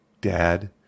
Dad